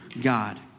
God